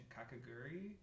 Kakaguri